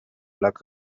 luck